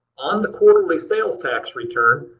on the quarterly sales tax return,